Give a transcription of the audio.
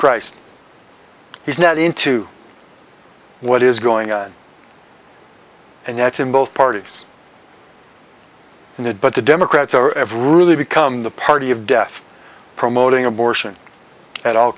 christ he's not into what is going on and that's in both parties and it but the democrats are of really become the party of death promoting abortion at all